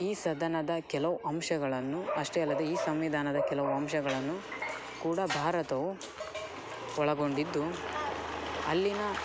ಈ ಸದನದ ಕೆಲವು ಅಂಶಗಳನ್ನು ಅಷ್ಟೇ ಅಲ್ಲದೆ ಈ ಸಂವಿಧಾನದ ಕೆಲವು ಅಂಶಗಳನ್ನು ಕೂಡ ಭಾರತವು ಒಳಗೊಂಡಿದ್ದು ಅಲ್ಲಿಯ